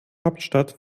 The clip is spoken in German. hauptstadt